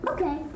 Okay